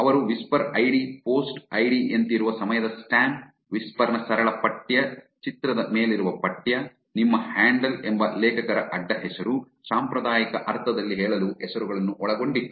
ಅವರು whisper ID post ID ಯಂತಿರುವ ಸಮಯದ ಸ್ಟ್ಯಾಂಪ್ ವಿಸ್ಪರ್ ನ ಸರಳ ಪಠ್ಯ ಚಿತ್ರದ ಮೇಲಿರುವ ಪಠ್ಯ ನಿಮ್ಮ ಹ್ಯಾಂಡಲ್ ಎಂಬ ಲೇಖಕರ ಅಡ್ಡಹೆಸರು ಸಾಂಪ್ರದಾಯಿಕ ಅರ್ಥದಲ್ಲಿ ಹೇಳಲು ಹೆಸರುಗಳನ್ನು ಒಳಗೊಂಡಿತ್ತು